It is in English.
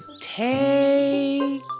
take